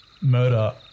murder